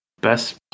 best